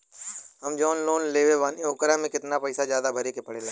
हम जवन लोन लेले बानी वोकरा से कितना पैसा ज्यादा भरे के पड़ेला?